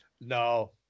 No